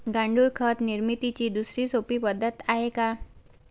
गांडूळ खत निर्मितीची दुसरी सोपी पद्धत आहे का?